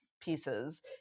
pieces